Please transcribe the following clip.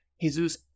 Jesus